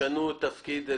אם ישנו את התפקיד?